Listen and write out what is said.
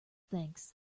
thanks